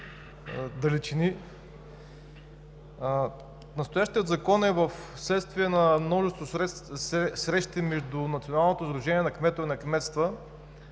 Настоящият закон е следствие от множество срещи между Националното сдружение на кметовете на кметства